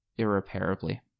irreparably